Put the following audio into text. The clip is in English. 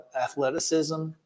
athleticism